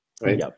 right